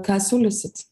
ką siūlysit